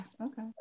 okay